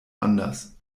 anders